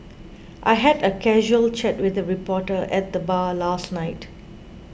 I had a casual chat with a reporter at the bar last night